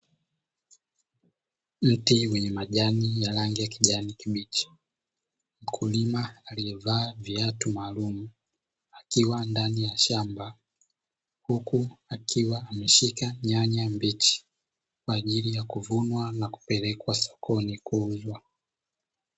Mti wenye majani ya rangi ya kijani kibichi, mkulima aliyevaa viatu maalumu akiwa ndani ya shamba, huku akiwa ameshika nyanya mbichi kwa ajili ya kuvunwa kupelekwa sokoni kuuzwa.